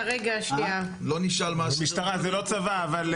זה משטרה, זה לא צבא.